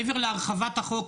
מעבר להרחבת החוק,